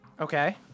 Okay